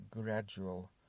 gradual